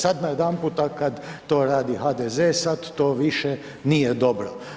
Sad najedanput kada to radi HDZ sad to više nije dobro.